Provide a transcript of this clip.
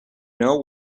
know